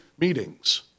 meetings